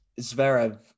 Zverev